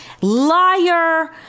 Liar